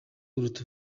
buruta